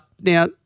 Now –